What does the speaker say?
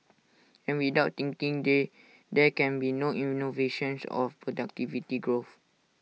and without thinking they there can be no innovations of productivity growth